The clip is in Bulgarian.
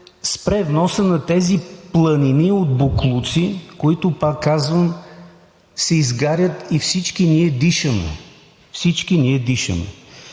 спре вносът на тези планини от боклуци, които, пак казвам, се изгарят и всички ние дишаме? Всички ние дишаме!